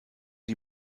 die